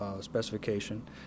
specification